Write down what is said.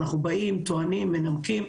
אנחנו באים, טוענים, מנמקים,